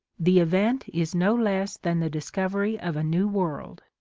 the event is no less than the dis covery of a new world.